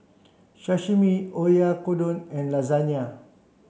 Sashimi Oyakodon and Lasagne